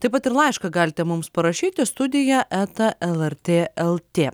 taip pat ir laišką galite mums parašyti studija eta lrt lt